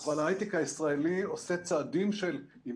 אבל ההיי-טק הישראלי עושה צעדים של אם